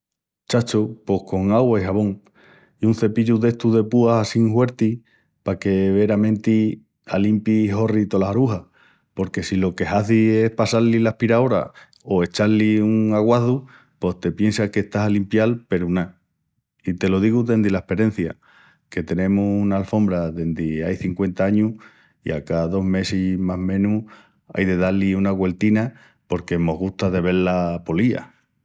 Chacho, pos con augua i xabón, i un cepillu d'estus de púas assín huertis paque veramenti alimpi i jorri tola aruja porque si lo que hazis es passá-li l'aspiraora o echá-li un aguazu pos te piensas qu'estás a limpial peru ná. I te lo digu dendi la esperencia, que tenemus una alfombra dendi ai cinqüenta añus i a ca dos mesis más menus ai de dá-li una güeltina porque mos gusta de vé-la polía.